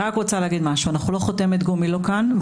אנחנו לא חותמת גומי לא כאן ולא כאן.